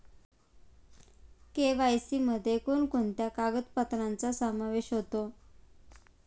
KYC मध्ये कोणकोणत्या कागदपत्रांचा समावेश होतो?